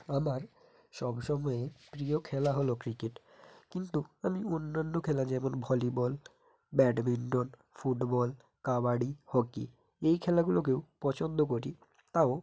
আমার সব সময়ই প্রিয় খেলা হলো ক্রিকেট কিন্তু আমি অন্যান্য খেলা যেমন volleyball badminton football kabaddi hockey এই খেলাগুলোকেও পছন্দ করি তাও